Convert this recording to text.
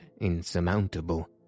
insurmountable